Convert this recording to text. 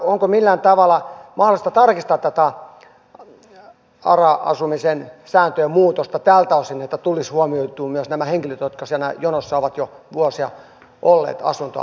onko millään tavalla mahdollista tarkistaa tätä ara asumisen sääntöjen muutosta tältä osin että tulisi huomioitua myös nämä henkilöt jotka siellä jonossa ovat jo vuosia olleet asuntoa odottamassa